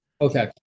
Okay